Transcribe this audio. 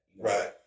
Right